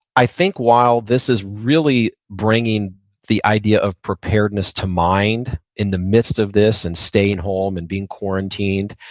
i think while this is really bringing the idea of preparedness to mind, in the midst of this, and staying home, and being quarantined,